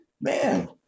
man